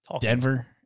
Denver